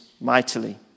mightily